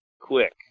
quick